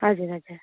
हजुर हजुर